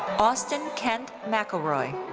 austin kent mcelroy.